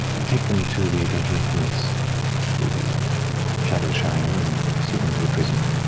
and take them to the dungeon of penance through the shadowshire and see them to the prison. ah